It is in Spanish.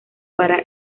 para